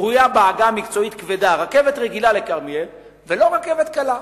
שקרויה בעגה המקצועית "כבדה" רכבת רגילה לכרמיאל ולא רכבת קלה.